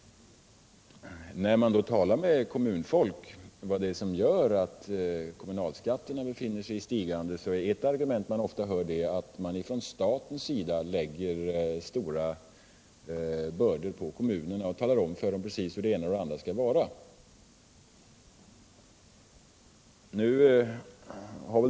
När man talar med kommunfolk om varför kommunalskatterna befinner Sig i stigande så är ett argument att staten lägger stora bördor på kommunerna och talar om för dem precis hur det ena och andra skall vara.